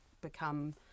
become